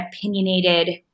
opinionated